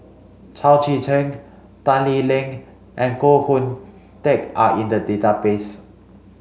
Chao Tzee Cheng Tan Lee Leng and Koh Hoon Teck are in the database